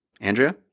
Andrea